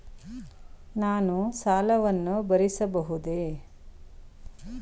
ನಾನು ಸಾಲವನ್ನು ಭರಿಸಬಹುದೇ?